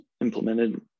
implemented